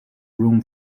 room